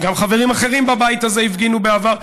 וגם חברים אחרים בבית הזה הפגינו בעבר.